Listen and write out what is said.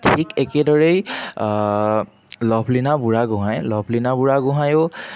ঠিক একেদৰেই লাভলিনা বুঢ়াগোহাঁই লাভলিনা বুঢ়াগোঁহাইয়ো